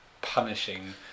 punishing